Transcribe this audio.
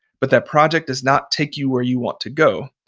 but that project does not take you where you want to go,